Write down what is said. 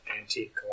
Antique